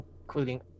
including